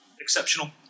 exceptional